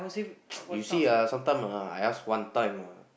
you see [ah]sometimes ah I ask one time ah